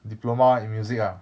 diploma in music ah